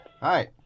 Hi